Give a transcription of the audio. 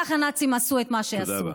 ככה הנאצים עשו את מה שעשו.